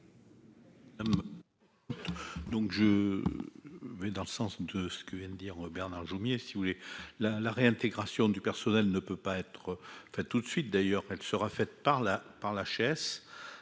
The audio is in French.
Donc je dans le sens de ce que vient de dire Bernard Jomier, si vous voulez la la réintégration du personnel ne peut pas être enfin tout de suite d'ailleurs, elle sera faite par la par